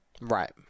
Right